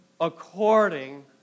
according